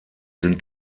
sind